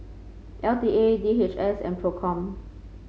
L T A D H S and Procom